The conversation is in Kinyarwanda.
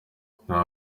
nta